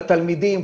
לתלמידים,